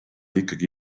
ikkagi